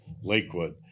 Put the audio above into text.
Lakewood